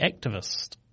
activist